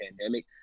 pandemic